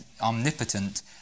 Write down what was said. omnipotent